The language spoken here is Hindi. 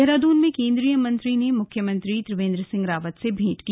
देहराद्न में केंद्रीय मंत्री और मुख्यमंत्री त्रिवेंद्र सिंह रावत ने भेंट की